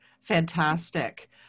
Fantastic